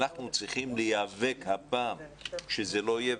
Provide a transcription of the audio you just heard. אנחנו צריכים להיאבק הפעם שזה לא יהיה.